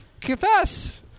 confess